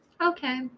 Okay